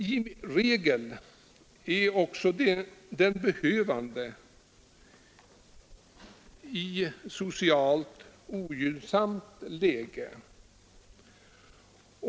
I regel är också de behövande i ett socialt ogynnsamt läge.